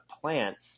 plants